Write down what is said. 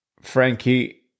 Frankie